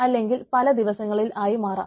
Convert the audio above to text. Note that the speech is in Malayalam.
അല്ലെങ്കിൽ പല ദിവസങ്ങളിൽ ആയി മാറാം